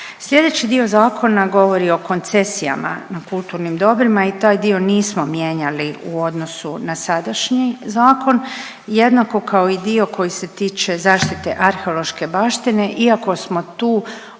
Sljedeći dio zakona govori o koncesijama na kulturnim dobrima i taj dio nismo mijenjali u odnosu na sadašnji zakon, jednako kao i dio koji se tiče zaštite arheološke baštine, iako smo tu uz